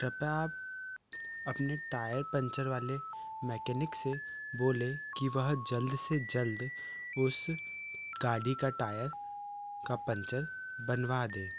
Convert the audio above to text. कृपया आप अपने टायर पंचर वाले मेकेनिक से बोले कि वह जल्द से जल्द उस गाड़ी का टायर का पंचर बनवा दें